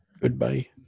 goodbye